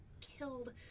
killed